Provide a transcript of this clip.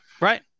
Right